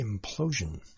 implosion